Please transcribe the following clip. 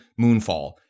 Moonfall